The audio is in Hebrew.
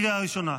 קריאה ראשונה.